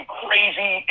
crazy